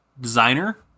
Designer